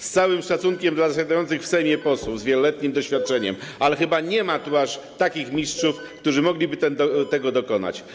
Z całym szacunkiem dla znajdujących się w Sejmie posłów z wieloletnim doświadczeniem, ale chyba nie ma tu aż takich mistrzów, którzy mogliby tego dokonać.